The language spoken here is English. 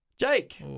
Jake